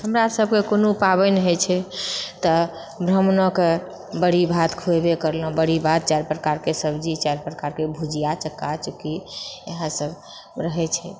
हमरासबके कोनो पाबनि होइछै तऽ ब्राह्मणोके बड़ि भात खुएबै करलोंहँ बड़ि भात चारि प्रकारके सब्जी चारि प्रकारके भुजिआ चक्का चुक्की इएह सब रहैछै